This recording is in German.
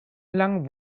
lang